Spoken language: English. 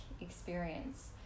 experience